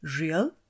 real